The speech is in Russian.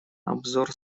обзор